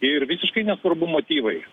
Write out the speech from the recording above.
ir visiškai nesvarbu motyvai